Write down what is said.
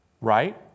right